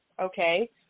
okay